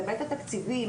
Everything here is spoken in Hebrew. בהיבט התקציבי,